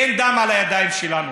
אין דם על הידיים שלנו.